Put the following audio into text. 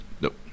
Nope